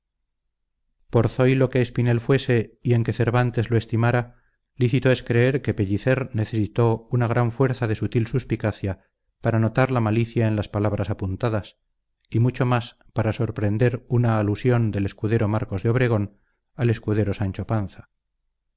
por zoilo que espinel fuese y en que cervantes lo estimara lícito es creer que pellicer necesitó una gran fuerza de sutil suspicacia para notar la malicia en las palabras apuntadas y mucho más para sorprender una alusión del escudero marcos de obregón al escudero sancho panza